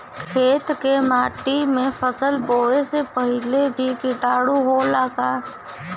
खेत के माटी मे फसल बोवे से पहिले भी किटाणु होला का?